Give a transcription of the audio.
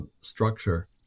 structure